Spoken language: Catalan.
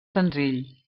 senzill